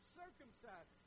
circumcised